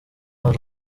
hari